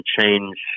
change